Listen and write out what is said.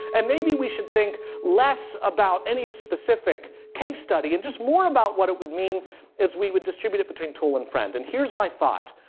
and maybe we should think less about any specific case study and just more about what it would mean as we would distribute it between tool and friend. and here's my thought.